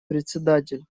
председатель